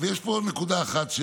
יש פה נקודה אחת,